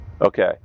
Okay